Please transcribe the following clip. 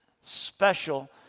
special